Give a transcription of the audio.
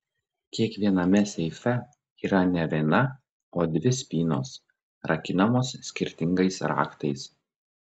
kiekviename seife yra ne viena o dvi spynos rakinamos skirtingais raktais